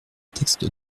texte